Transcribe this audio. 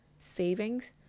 savings